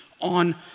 on